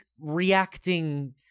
reacting